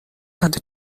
سمت